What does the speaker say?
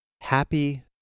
Happy